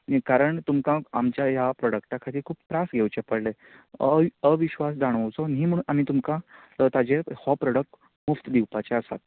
कारण तुमकां आमच्या ह्या प्रोडक्टा खातीर खूब त्रास घेवचें पडलें अविश्वास जाणवचो न्ही म्हण आमी तुमकां तर ताजेर हो प्रोडक्ट मुफ्त दिवपाचे आसात